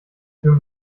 für